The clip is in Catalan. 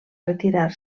retirar